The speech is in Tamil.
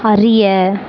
அறிய